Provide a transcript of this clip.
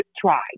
try